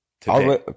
Today